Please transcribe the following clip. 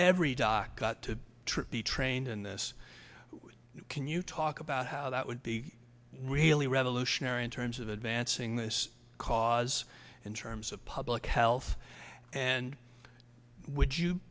doc got to be trained in this can you talk about how that would be really revolutionary in terms of advancing this cause in terms of public health and would you